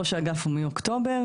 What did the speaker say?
ראש האגף הוא מאוקטובר.